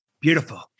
Beautiful